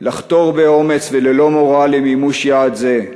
לחתור באומץ וללא מורא למימוש יעד זה,